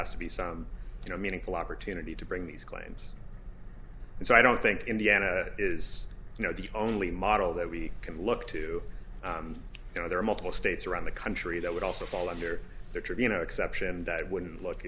has to be some you know meaningful opportunity to bring these claims so i don't think indiana is you know the only model that we can look to you know there are multiple states around the country that would also fall under the trevino exception and i wouldn't look